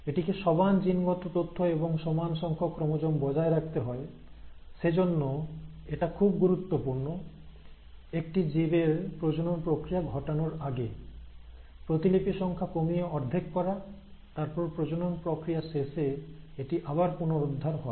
এটিকে সমান জিনগত তথ্য এবং সমান সংখ্যক ক্রোমোজোম বজায় রাখতে হয় সেজন্য এটা খুব গুরুত্বপূর্ণ একটি জীবের প্রজনন প্রক্রিয়া ঘটানোর আগে প্রতিলিপি সংখ্যা কমিয়ে অর্ধেক করা তারপর প্রজনন প্রক্রিয়া শেষে এটি আবার পুনরুদ্ধার হয়